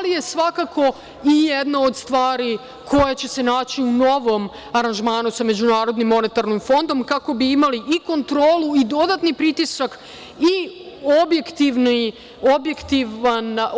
To je svakako jedna od stvari koja će se naći u novom aranžmanu sa MMF, kako bi imali kontrolu i dodatni pritisak i